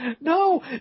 No